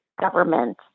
government